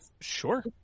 Sure